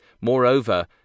Moreover